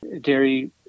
dairy